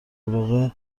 واقع